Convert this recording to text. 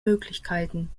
möglichkeiten